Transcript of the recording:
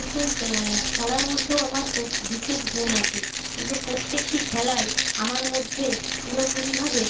সেই খেলার মধ্যেও আমার পো বিশেষ গুণ আছে যে প্রত্যেকটি খেলাই আমার মধ্যে পুরোপুরিভাবে